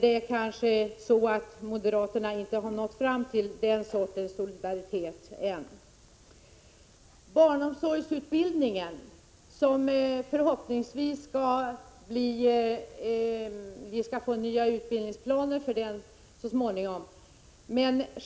Men kanske har moderaterna inte kommit fram till den här sortens solidaritet än. Barnomsorgsutbildningen skall vi förhoppningsvis få nya utbildningsplaner för så småningom.